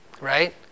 right